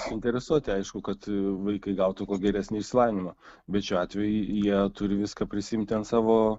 suinteresuoti aišku kad vaikai gautų kuo geresnį išsilavinimą bet šiuo atveju jie turi viską prisiimti ant savo